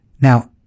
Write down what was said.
Now